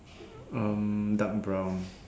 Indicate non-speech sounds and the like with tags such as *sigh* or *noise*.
*noise* um dark brown